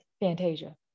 Fantasia